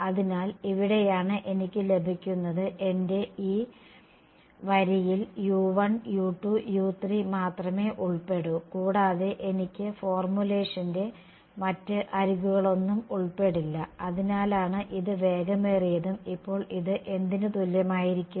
അതിനാൽ ഇവിടെയാണ് എനിക്ക് ലഭിക്കുന്നത് എന്റെ ഈ വരിയിൽ u1u2u3 മാത്രമേ ഉൾപ്പെടൂ കൂടാതെ മുഴുവൻ ഫോർമുലേഷന്റെ മറ്റ് അരികുകളൊന്നും ഉൾപ്പെടില്ല അതിനാലാണ് ഇത് വേഗമേറിയതും ഇപ്പോൾ ഇത് എന്തിന് തുല്യമായിരിക്കും